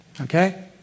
Okay